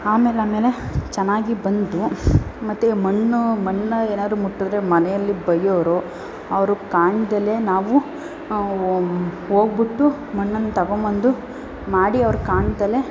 ಆಮೇಲೆ ಆಮೇಲೆ ಚೆನ್ನಾಗಿ ಬಂತು ಮತ್ತು ಮಣ್ಣು ಮಣ್ಣು ಏನಾದ್ರು ಮುಟ್ಟಿದ್ರೆ ಮನೆಯಲ್ಲಿ ಬೈಯೋರು ಅವ್ರಿಗ್ ಕಾಣ್ದೇ ನಾವು ಹೋಗ್ಬುಟ್ಟು ಮಣ್ಣನ್ನು ತೊಗೊಬಂದು ಮಾಡಿ ಅವ್ರ್ಗೆ ಕಾಣ್ದೇ